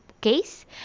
case